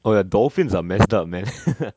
oh ya dolphins are messed up man